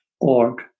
org